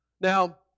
Now